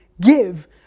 give